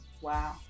Wow